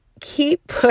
Keep